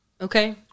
Okay